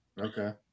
Okay